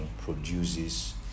produces